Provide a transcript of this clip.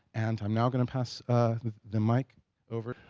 and i'm now going to pass the mic over.